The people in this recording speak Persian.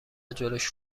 جلوش